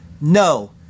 No